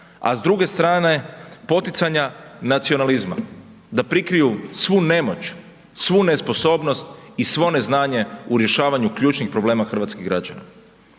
a s druge strane poticanja nacionalizma da prikriju svu nemoć, svu nesposobnost i svo neznanje u rješavanju ključnih problema hrvatskih građana.